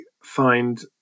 find